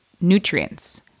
nutrients